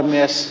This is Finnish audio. aion